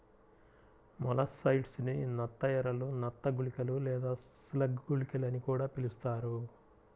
molluscicides ని నత్త ఎరలు, నత్త గుళికలు లేదా స్లగ్ గుళికలు అని కూడా పిలుస్తారు